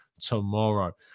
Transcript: tomorrow